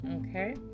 okay